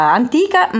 antica